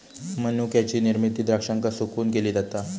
मनुक्याची निर्मिती द्राक्षांका सुकवून केली जाता